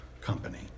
Company